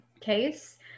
case